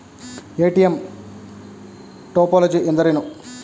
ATM topology ಎಂದರೇನು?